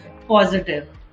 positive